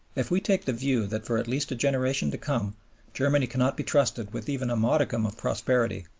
if we take the view that for at least a generation to come germany cannot be trusted with even a modicum of prosperity,